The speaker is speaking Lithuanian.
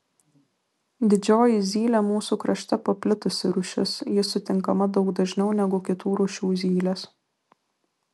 didžioji zylė mūsų krašte paplitusi rūšis ji sutinkama daug dažniau negu kitų rūšių zylės